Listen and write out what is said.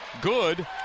good